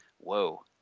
whoa